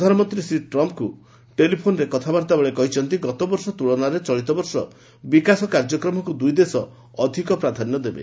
ପ୍ରଧାନମନ୍ତ୍ରୀ ଶ୍ରୀ ଟ୍ରମ୍ପଙ୍କ ସହ ଟେଲିଫୋନ୍ ଯୋଗେ କଥାବାର୍ତ୍ତା ବେଳେ ସେ କହିଛନ୍ତି ଗତବର୍ଷ ତ୍ୁଳନାରେ ଚଳିତବର୍ଷ ବିକାଶ କାର୍ଯ୍ୟକ୍ରମକ୍ ଦୁଇଦେଶ ଅଧିକ ପ୍ରାଧାନ୍ୟ ଦେବେ